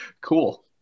Cool